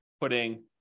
putting